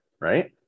right